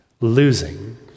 losing